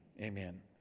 amen